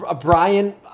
Brian